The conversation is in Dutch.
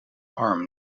arm